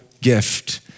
gift